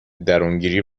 درونگیری